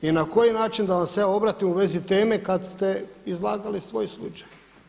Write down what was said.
I na koji način da vam se ja obratim u vezi teme kada ste izlagali svoj slučaj?